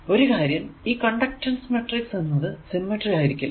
ഒരു കാര്യം ഈ കണ്ടക്ടൻസ് മാട്രിക്സ് എന്നത് സിമെട്രി ആയിരിക്കില്ല